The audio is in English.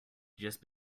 just